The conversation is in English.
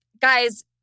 Guys